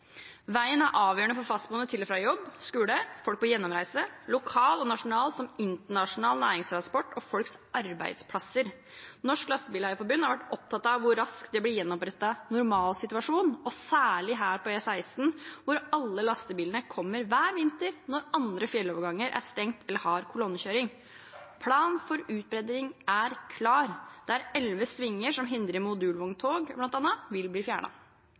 Veien er avgjørende for fastboende til og fra jobb eller skole, for folk på gjennomreise, for lokal og nasjonal så vel som internasjonal næringstransport og for folks arbeidsplasser. Norges Lastebileier-Forbund er opptatt av hvor raskt normalsituasjonen blir gjenopprettet, særlig på E16, hvor alle lastebilene kommer hver vinter, når andre fjelloverganger er stengt eller har kolonnekjøring. Planen for utbedring er klar. Elleve svinger som hindrer modulvogntog, bl.a., vil bli